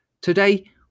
Today